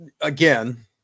again